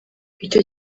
icyo